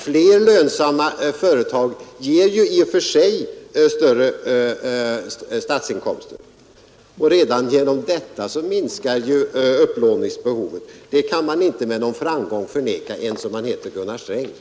Flera lönsamma företag ger också större statsinkomster Redan genom detta minskar upplåningsbehovet. Detta kan man inte med någon framgång förneka, inte ens om man heter Gunnar Sträng